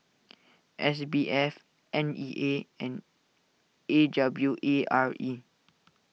S B F N E A and A W A R E